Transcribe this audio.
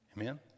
Amen